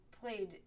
played